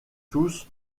tous